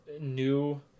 new